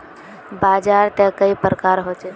बाजार त कई प्रकार होचे?